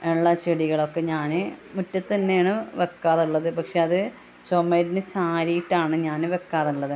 ഉള്ള ചെടികളൊക്കെ ഞാൻ മുറ്റത്ത് തന്നെയാണ് വയ്ക്കാറുള്ളത് പക്ഷെ അത് ചുമരിന് ചാരിയിട്ടാണ് ഞാൻ വയ്ക്കാറുള്ളത്